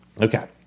Okay